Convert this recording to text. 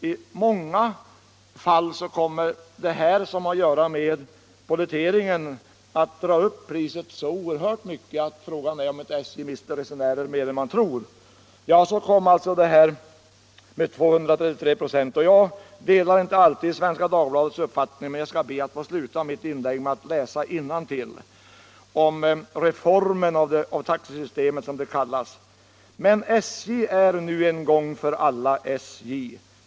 I många fall kommer polletteringskostnaden att dra upp det totala priset så mycket att fråga är om inte SJ mister fler resenärer än man tror. Jag delar inte alltid Svenska Dagbladets uppfattning men skall be att få avsluta mitt inlägg med att citera vad denna tidning skriver om ”reformen” av taxesystemet: ”Men SJ är nu en gång för alla SJ.